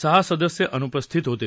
सहा सदस्य अनुपस्थित होते